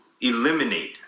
eliminate